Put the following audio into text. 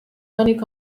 tenir